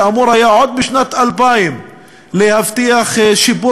שאמור היה עוד בשנת 2000 להבטיח שיפור